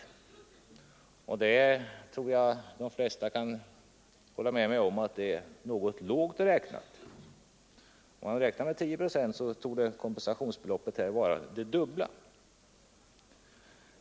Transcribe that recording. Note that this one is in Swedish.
Och jag tror att de flesta kan hålla med mig om att 10 procent är lågt räknat; det verkliga kompensationsbeloppet torde vara det dubbla.